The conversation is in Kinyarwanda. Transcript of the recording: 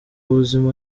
buzima